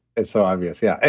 it's so obvious, yeah,